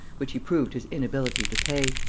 which he proved his inability to pay.